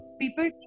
people